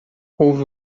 houve